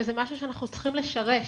וזה משהו שאנחנו צריכים לשרש